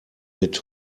mit